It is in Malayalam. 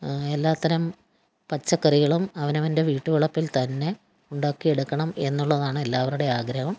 എല്ലാത്തരം പച്ചക്കറികളും അവനവൻ്റെ വീട്ടുവളപ്പിൽത്തന്നെ ഉണ്ടാക്കിയെടുക്കണം എന്നുള്ളതാണ് എല്ലാവരുടെയും ആഗ്രഹം